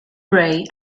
bray